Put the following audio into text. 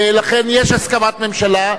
לכן יש הסכמת ממשלה,